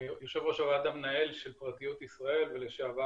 יושב-ראש הוועד המנהל של "פרטיות ישראל" ולשעבר